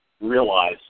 realize